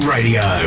Radio